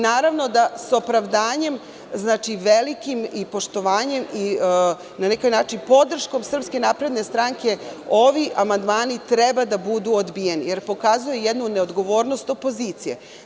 Naravno da sa opravdanjem velikim i poštovanjem i, na neki način, podrškom SNS, ovi amandmani treba da budu odbijeni, jer pokazuju jednu neodgovornost opozicije.